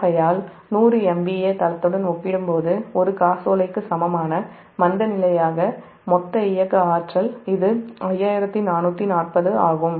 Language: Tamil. ஆகையால் 100 MVA தளத்துடன் ஒப்பிடும்போது ஒரு காசோலைக்கு சமமான மந்தநிலை யாக மொத்த இயக்க ஆற்றல் 5440 ஆகும்